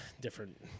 different